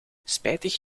spijtig